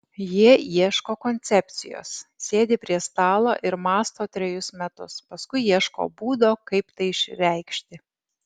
jie ieško koncepcijos sėdi prie stalo ir mąsto trejus metus paskui ieško būdo kaip tai išreikšti